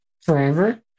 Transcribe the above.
forever